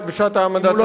הוא לא נוכח.